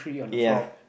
ya